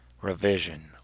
Revision